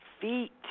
feet